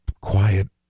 quiet